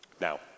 Now